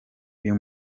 uyu